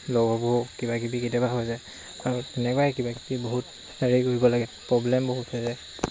লগৰবোৰও কিবাকিবি কেতিয়াবা হৈ যায় আৰু তেনেকুৱাই কিবাকিবি বহুত হেৰি কৰিব লাগে প্ৰব্লেম বহুত হৈ যায়